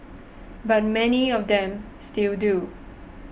but many of them still do